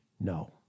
no